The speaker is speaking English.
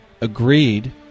agreed